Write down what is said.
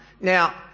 Now